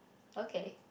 okay